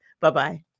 Bye-bye